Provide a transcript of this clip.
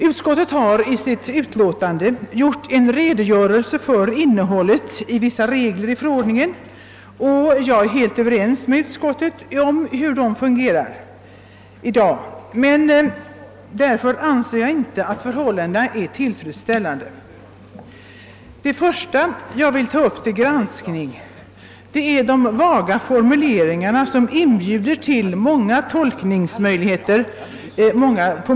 Utskottet har i sitt utlåtande redogjort för innebörden av vissa regler i förordningen, och jag är helt ense med utskottet om hur de fungerar i dag. Men det betyder inte att jag anser att förhållandena är tillfredsställande. Först och främst vill jag ta upp till granskning de vaga formuleringar som inbjuder till många olika tolkningar.